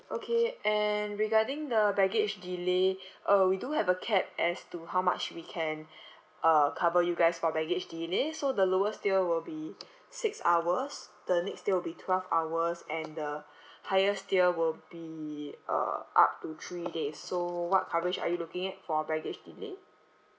okay and regarding the baggage delay uh we do have a cap as to how much we can uh cover you guys for baggage delay so the lowest tier will be six hours the next tier will be twelve hours and the highest tier will be uh up to three days so what coverage are you looking at for baggage delay